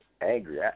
angry